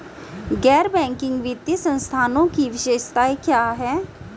गैर बैंकिंग वित्तीय संस्थानों की विशेषताएं क्या हैं?